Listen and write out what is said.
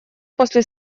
после